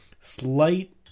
Slight